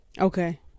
Okay